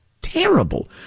terrible